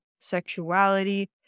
sexuality